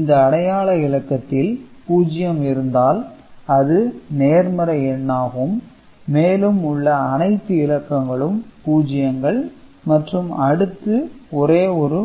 இந்த அடையாள இலக்கத்தில் பூஜ்ஜியம் இருந்தால் அது நேர்மறை எண்ணாகும் மேலும் உள்ள அனைத்து இலக்கங்களும் பூஜ்ஜியங்கள் மற்றும் அடுத்து ஒரே ஒரு